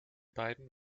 beiden